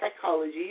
psychology